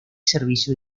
servicio